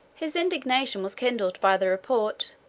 his indignation was kindled by the report,